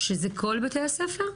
שזה כל בתי הספר?